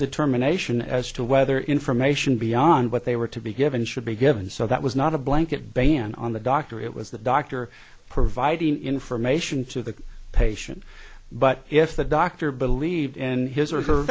determination as to whether information beyond what they were to be given should be given so that was not a blanket ban on the doctor it was the doctor providing information to the patient but if the doctor believed in his or her